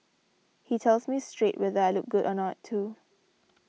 he tells me straight whether I look good or not too